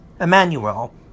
Emmanuel